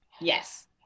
yes